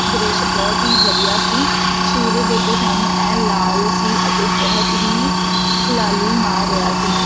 ਦ੍ਰਿਸ਼ ਬਹੁਤ ਹੀ ਵਧੀਆ ਸੀ ਸੂਰਜ ਡੁੱਬਦੇ ਸੈਮ ਐਨ ਲਾਲ ਸੀ ਅਤੇ ਬਹੁਤ ਹੀ ਲਾਲੀ ਮਾਰ ਰਿਹਾ ਸੀ